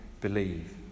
believe